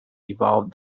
evolved